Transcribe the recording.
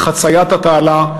חציית התעלה,